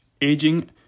aging